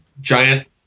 giant